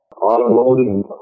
auto-loading